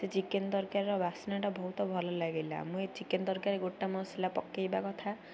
ସେ ଚିକେନ୍ ତରକାରୀର ବାସ୍ନାଟା ବହୁତ ଭଲ ଲାଗିଲା ମୁଁ ଏ ଚିକେନ୍ ତରକାରୀ ଗୋଟା ମସଲା ପକେଇବା କଥା